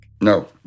No